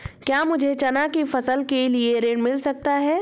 क्या मुझे चना की फसल के लिए ऋण मिल सकता है?